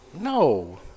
No